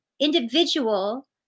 individual